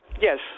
Yes